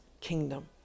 kingdom